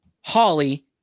Holly